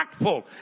impactful